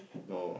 no